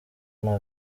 nta